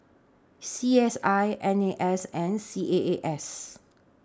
C S I N A S and C A A S